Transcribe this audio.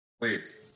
Please